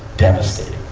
devastating.